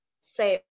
say